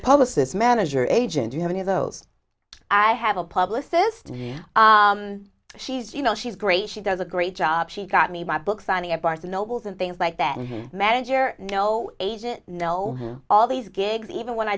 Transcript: publicist manager agent you have any of those i have a publicist she's you know she's great she does a great job she got me my book signing at barnes and nobles and things like that manager no agent no all these gigs even when i